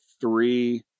three